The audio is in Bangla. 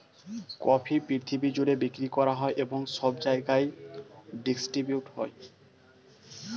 কফি পৃথিবী জুড়ে বিক্রি করা হয় এবং সব জায়গায় ডিস্ট্রিবিউট হয়